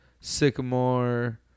Sycamore